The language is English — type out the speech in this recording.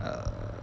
err